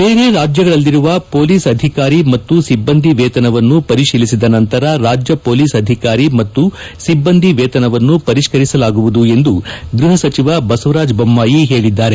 ಬೇರೆ ರಾಜ್ಯಗಳಲ್ಲಿರುವ ಪೊಲೀಸ್ ಅಧಿಕಾರಿ ಮತ್ತು ಸಿಬ್ಬಂದಿ ವೇತನವನ್ನು ಪರಿಶೀಲಿಸಿದ ನಂತರ ರಾಜ್ಯ ಪೊಲೀಸ್ ಅಧಿಕಾರಿ ಮತ್ತು ಸಿಬ್ಬಂದಿ ವೇತನವನ್ನು ಪರಿಷ್ಠರಿಸಲಾಗುವುದು ಎಂದು ಗೃಹ ಸಚಿವ ಬಸವರಾಜ ಬೊಮ್ನಾಯಿ ಹೇಳಿದ್ದಾರೆ